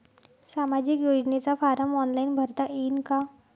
सामाजिक योजनेचा form online भरता येईन का?